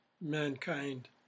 mankind